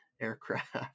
aircraft